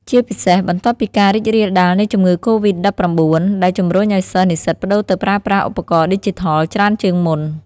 ជាពិសេស បន្ទាប់ពីការរីករាលដាលនៃជំងឺកូរីដ ១៩ ដែលជម្រុញឱ្យសិស្សនិស្សិតប្តូរទៅប្រើប្រាស់ឧបករណ៍ឌីជីថលច្រើនជាងមុន។